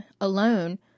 alone